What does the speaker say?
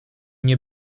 nie